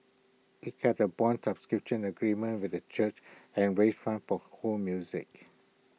IT had A Bond subscription agreement with the church and raise funds for ho music